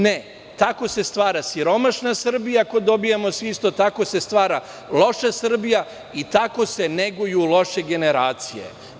Ne, tako se stvara siromašna Srbija ako dobijamo svi isto, tako se stvara loša Srbija i tako se neguju loše generacije.